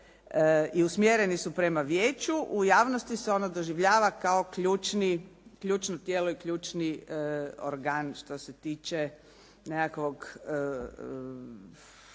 i usmjereni su prema vijeću, u javnosti se ono doživljava kao ključno tijelo i ključni organ što se tiče nekakvog